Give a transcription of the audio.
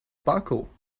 buckle